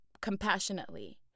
compassionately